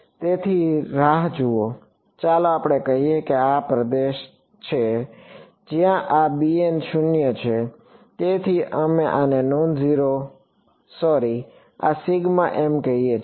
તેથી રાહ જુઓ ચાલો આપણે કહીએ કે આ તે પ્રદેશ છે જ્યાં આ 0 છે તેથી અમે આને નોન ઝીરો સોરી આ સિગ્મા એમ કહીએ છીએ